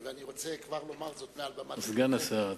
ואני רוצה כבר לומר זאת מעל במת הכנסת, סגן השר.